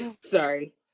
Sorry